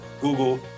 Google